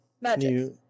Magic